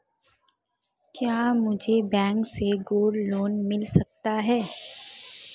क्या मुझे बैंक से गोल्ड लोंन मिल सकता है?